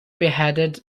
beheaded